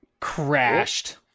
crashed